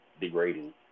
degrading